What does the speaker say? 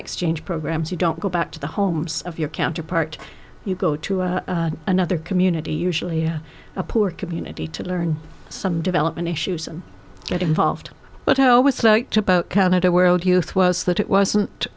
exchange programs you don't go back to the homes of your counterpart you go to another community usually or a poor community to learn some development issues and get involved but i always liked about canada world youth was that it wasn't